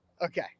Okay